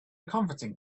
conferencing